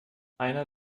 einer